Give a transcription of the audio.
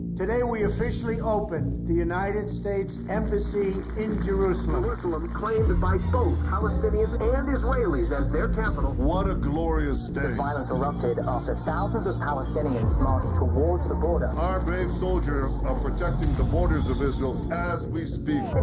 today we officially opened the united states embassy in jerusalem. jerusalem claimed by both palestinians and israelis as their capital. what a glorious day. violence erupted after thousands of palestinians marched towards the border. our brave soldiers are ah ah protecting the borders of israel as we speak.